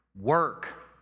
Work